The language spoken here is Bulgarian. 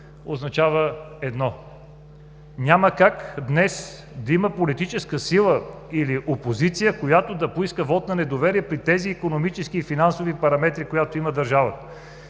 означава едно: няма как днес да има политическа сила или опозиция, която да поиска вот на недоверие при тези икономически и финансови параметри, които има държавата.